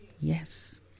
Yes